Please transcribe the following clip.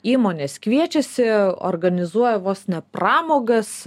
įmonės kviečiasi organizuoja vos ne pramogas